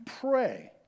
pray